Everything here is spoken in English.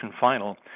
final